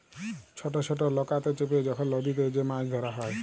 ছট ছট লকাতে চেপে যখল লদীতে যে মাছ ধ্যরা হ্যয়